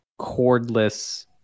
cordless